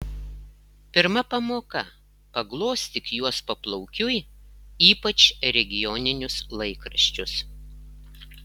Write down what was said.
pirma pamoka paglostyk juos paplaukiui ypač regioninius laikraščius